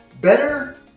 better